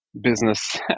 business